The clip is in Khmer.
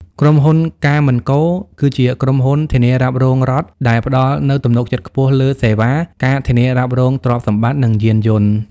ក្រុមហ៊ុន កាមិនកូ Caminco គឺជាក្រុមហ៊ុនធានារ៉ាប់រងរដ្ឋដែលផ្ដល់នូវទំនុកចិត្តខ្ពស់លើសេវា ការធានារ៉ាប់រងទ្រព្យសម្បត្តិ និងយានយន្ត។